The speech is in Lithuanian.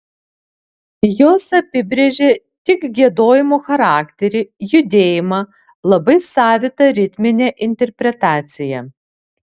jos apibrėžė tik giedojimo charakterį judėjimą labai savitą ritminę interpretaciją